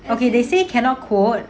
okay they say cannot code